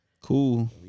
cool